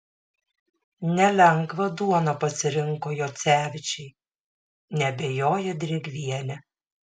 nelengvą duoną pasirinko jocevičiai neabejoja drėgvienė